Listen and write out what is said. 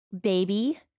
Baby